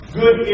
good